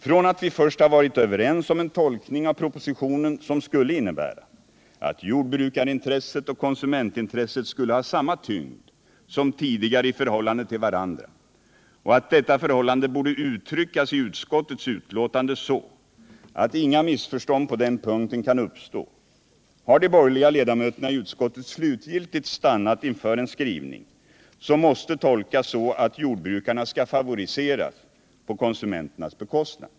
Från att vi först har varit överens om en tolkning av propositionen, som skulle innebära att jordbrukarintresset och konsumentintresset skulle ha samma tyngd som tidigare i förhållande till varandra och att detta förhållande borde uttryckas i utskottets betänkande så, att inga missförstånd på den punkten kan uppstå, har de borgerliga ledamöterna i utskottet slutgiltigt stannat inför en skrivning, som måste tolkas så att jordbrukarna skall favoriseras på konsumenternas bekostnad.